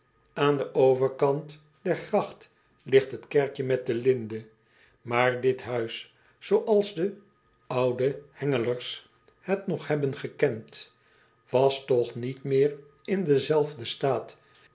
an den overkant der gracht ligt het kerkje met de linde aar dit huis zooals de oude engelers het nog hebben gekend was toch niet meer in denzelfden staat